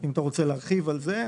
אם אתה רוצה להרחיב על זה,